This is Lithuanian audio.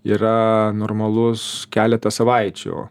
yra normalus keletą savaičių